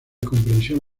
comprensión